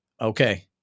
Okay